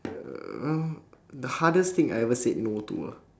uh the hardest thing I have ever said no to ah